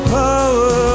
power